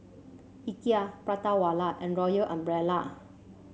Ikea Prata Wala and Royal Umbrella